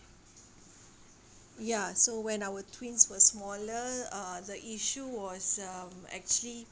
ya so when our twins were smaller uh the issue was um actually